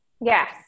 Yes